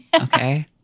okay